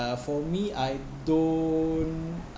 for me I don't